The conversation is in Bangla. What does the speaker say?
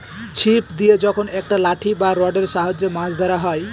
ছিপ দিয়ে যখন একটা লাঠি বা রডের সাহায্যে মাছ ধরা হয়